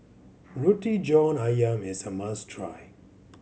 Roti John Ayam is a must try